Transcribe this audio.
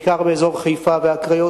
בעיקר באזור חיפה והקריות,